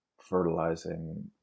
Fertilizing